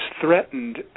threatened